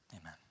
amen